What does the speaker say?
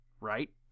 Right